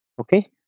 Okay